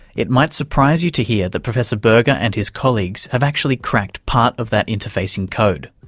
it might surprise you to hear that professor berger and his colleagues have actually cracked part of that interfacing code.